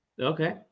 Okay